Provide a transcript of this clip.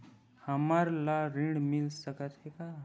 हमन ला ऋण मिल सकत हे का?